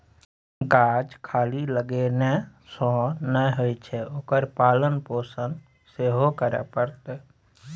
गाछ खाली लगेने सँ नै होए छै ओकर पालन पोषण सेहो करय पड़तै